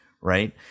Right